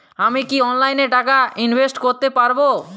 আমি কি অনলাইনে টাকা ইনভেস্ট করতে পারবো?